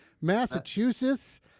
Massachusetts